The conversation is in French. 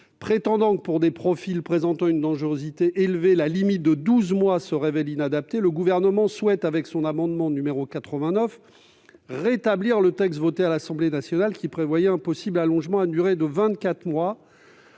Prétendant que, pour des profils présentant une dangerosité élevée, la limite de douze mois se révèle inadaptée, le Gouvernement souhaite, au travers de son amendement n° 89, rétablir le texte voté à l'Assemblée nationale, qui prévoyait un possible allongement à une durée de